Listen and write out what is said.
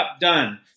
done